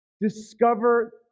discover